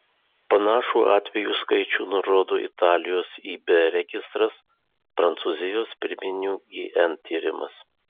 panašų atvejų skaičių nurodo italijos ib registras prancūzijos pirminių gn tyrimas